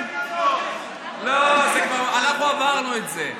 לא, אנחנו עברנו את זה.